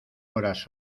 horas